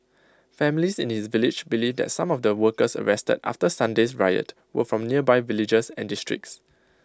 families in his village believe that some of the workers arrested after Sunday's riot were from nearby villages and districts